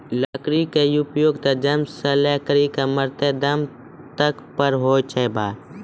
लकड़ी के उपयोग त जन्म सॅ लै करिकॅ मरते दम तक पर होय छै भाय